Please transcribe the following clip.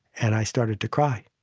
and i started to cry